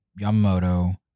Yamamoto